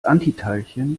antiteilchen